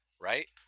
Right